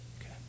Okay